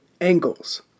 angles